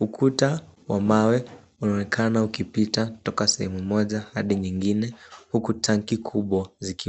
Ukuta wa mawe unaonekana ukipita kutoka sehemu moja hadi nyingine huku tanki kubwa zikiwa....